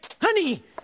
Honey